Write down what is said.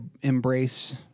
embrace